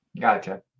gotcha